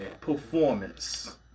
performance